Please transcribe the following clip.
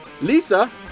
Lisa